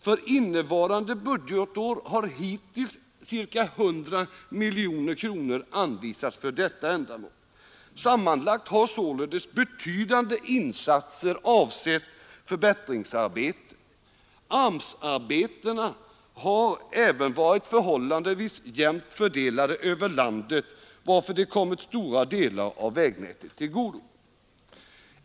För innevarande budgetår har hittills ca 100 miljoner kronor anvisats för detta ändamål. Sammanlagt har således betydande insatser avsett förbättringsarbeten. AMS-arbetena har även varit förhållandevis jämnt fördelade över landet, varför de kommit stora delar av vägnätet till godo.